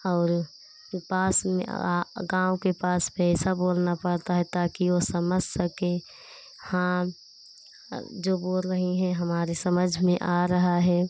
और पास में गाँव के पास वैसा बोलना पड़ता हैं ताकी वो समझ सकें हाँ जो बोल रही हैं हमारे समझ में आ रहा है